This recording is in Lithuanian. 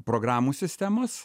programų sistemos